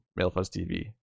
MailFuzzTV